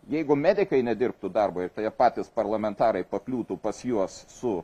jeigu medikai nedirbtų darbo ir tada patys parlamentarai pakliūtų pas juos su